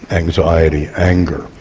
anxiety, anger.